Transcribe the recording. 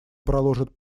проложит